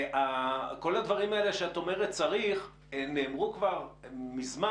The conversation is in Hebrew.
וכל הדברים האלה שאת אומרת צריך, נאמרו כבר מזמן